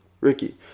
Ricky